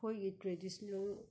ꯑꯩꯈꯣꯏꯒꯤ ꯇꯔꯦꯗꯤꯁꯅꯦꯜ